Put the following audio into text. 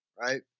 right